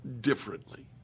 differently